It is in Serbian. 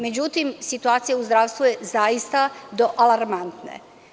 Međutim, situacija u zdravstvu je zaista alarmantna.